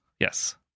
Yes